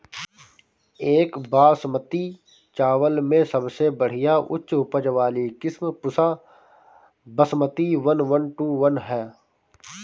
एक बासमती चावल में सबसे बढ़िया उच्च उपज वाली किस्म Pusa Basmati one one two one ह?